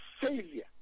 failure